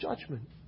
judgment